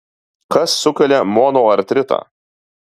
kas sukelia monoartritą